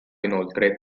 inoltre